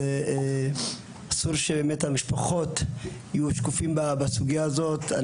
אסור שבאמת המשפחות יהיו שקופים בסוגיה הזאת.